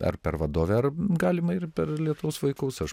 ar per vadovę ar galima ir per lietaus vaikus aš